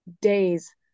days